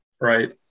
right